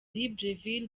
libreville